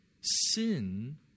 Sin